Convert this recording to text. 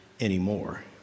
anymore